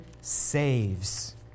saves